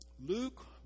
Luke